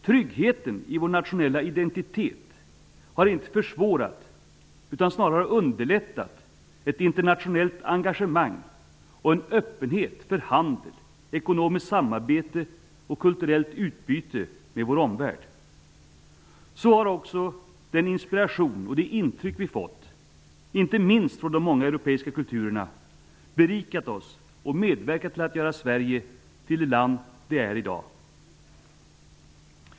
Tryggheten i vår nationella identitet har inte försvårat utan snarare underlättat ett internationellt engagemang och en öppenhet för handel, ekonomiskt samarbete och kulturellt utbyte med vår omvärld. Så har också den inspiration och de intryck som vi fått, inte minst från de många europeiska kulturerna, berikat oss och medverkat till att göra Sverige till det land det är i dag.